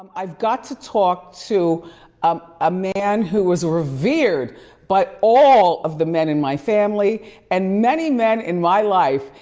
um i've got to talk to um a man who was revered by all of the men in my family and many men in my life.